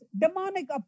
demonic